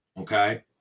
okay